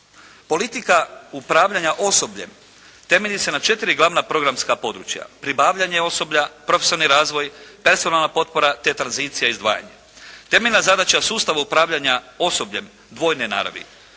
Politika upravljanja osobljem temelji se na četiri glavna programska područja, pribavljanje osoblja, profesionalni razvoj, …/Govornik se ne razumije./… potpora, te tranzicija i izdvajanje. Temeljna zadaća sustava upravljanja osobljem dvojne naravi,